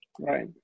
Right